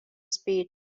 speed